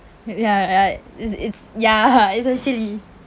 ya ya it's it's ya it's actually